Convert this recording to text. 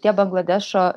tie bangladešo